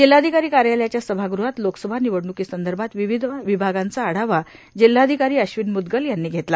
जिल्हाधिकारी कार्यालयाच्या सभागृहात लोकसभा निवडण्कीसंदर्भात विविध विभागांचा आढावा जिल्हाधिकारी अश्विन मृदगल यांनी घेतला